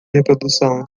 reprodução